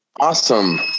Awesome